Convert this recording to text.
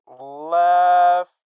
left